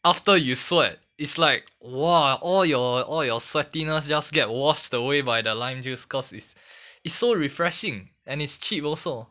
after you sweat is like !wah! all your all your sweatiness just get washed away by the lime juice cause it's it's so refreshing and it's cheap also